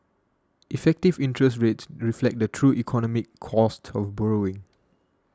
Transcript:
effective interest rates reflect the true economic cost of borrowing